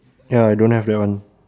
ya I don't have that one